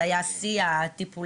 זה היה בשיא של הטיפולים.